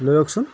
লৈ লওকচোন